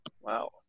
Wow